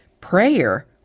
prayer